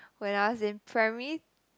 when I was in primary